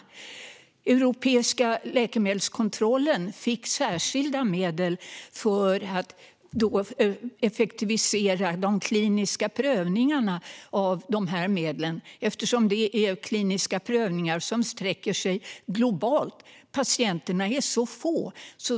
Den europeiska läkemedelskontrollen fick särskilda medel för att effektivisera de kliniska prövningarna av dessa medel. Det handlar nämligen om kliniska prövningar som sträcker sig globalt. Patienterna är så få.